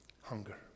Hunger